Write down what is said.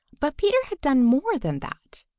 but peter had done more than that.